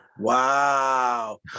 wow